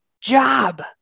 job